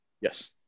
Yes